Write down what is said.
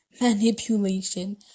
Manipulation